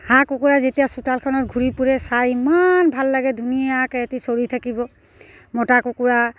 হাঁহ কুকুৰা যেতিয়া চোতালখনত ঘূৰি ফুৰে চাই ইমান ভাল লাগে ধুনীয়াকৈ সিহঁতি চৰি থাকিব মতা কুকুৰা